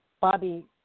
Bobby